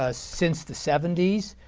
ah since the seventy s,